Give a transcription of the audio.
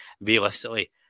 Realistically